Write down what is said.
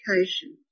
education